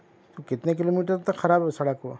کتنے kilometre تک خراب ہے سڑک وہ